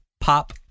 pop